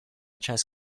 chess